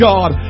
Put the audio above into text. God